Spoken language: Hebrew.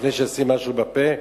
לפני שישים משהו בפה,